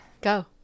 Go